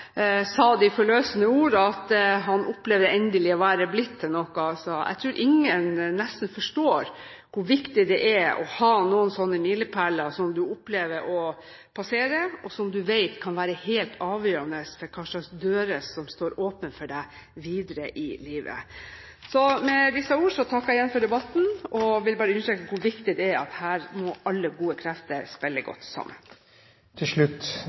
sa de forløsende ord om at han opplevde endelig å ha blitt til noe, er betegnende. Jeg tror nesten ingen forstår hvor viktig det er å ha noen sånne milepæler som du opplever å passere, og som du vet kan være helt avgjørende for hvilke dører som står åpne for deg videre i livet. Med disse ord takker jeg igjen for debatten og vil bare understreke hvor viktig det er at her må alle gode krefter spille godt sammen.